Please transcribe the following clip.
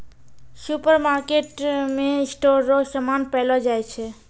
सुपरमार्केटमे स्टोर रो समान पैलो जाय छै